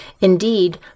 Indeed